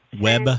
Web